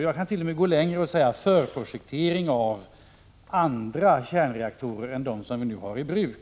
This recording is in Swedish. Jag kan t.o.m. gå längre och säga förprojektering av andra kärnreaktorer än dem som vi nu har i bruk.